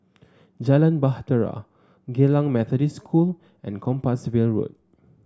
Jalan Bahtera Geylang Methodist School and Compassvale Road